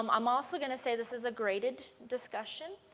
um am also going to say this is a graded discussion.